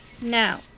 Now